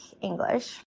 English